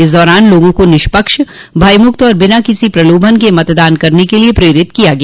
इस दौरान लोगों को निष्पक्ष भयमुक्त एवं बिना किसी प्रलोभन के मतदान करने के लिये प्रेरित किया गया